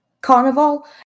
carnival